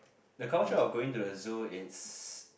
the culture of going to the zoo is